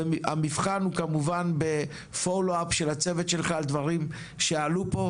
והמבחן הוא כמובן ב-follow up של הצוות שלך על דברים שעלו פה.